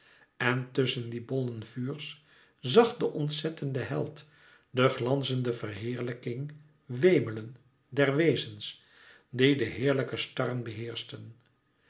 en tusschen die bollen vuurs zag de ontzette held de glanzende verheerlijking wemelen der wezens die de heerlijke starren beheerschten